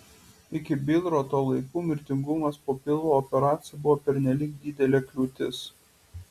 iki bilroto laikų mirtingumas po pilvo operacijų buvo pernelyg didelė kliūtis